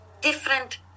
different